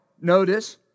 notice